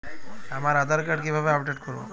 আমার আধার কার্ড কিভাবে আপডেট করব?